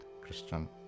Christian